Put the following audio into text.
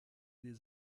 des